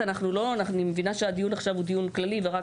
אני מבינה שהדיון עכשיו הוא דיון כללי ורק